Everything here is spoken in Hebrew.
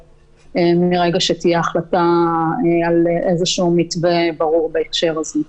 מרגע שתהיה החלטה על איזשהו מתווה ברור בהקשר הזה.